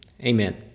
Amen